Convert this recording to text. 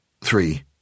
Three